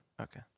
Okay